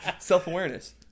Self-awareness